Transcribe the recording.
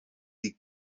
die